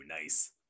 nice